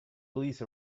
police